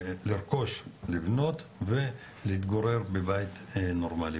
לרכוש, לבנות ולהתגורר בבית נורמלי.